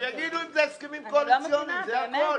שיגידו אם זה הסכמים קואליציוניים, זה הכול.